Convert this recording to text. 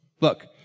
Look